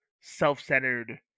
self-centered